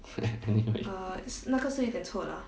anyway